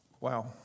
Wow